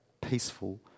peaceful